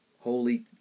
Holy